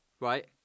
right